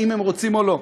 אם הם רוצים או לא.